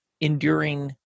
enduring